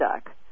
stuck